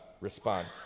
response